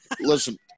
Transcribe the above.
listen